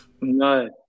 No